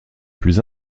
plus